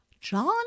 John